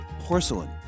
porcelain